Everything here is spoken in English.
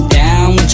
down